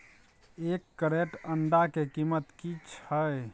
एक क्रेट अंडा के कीमत की छै?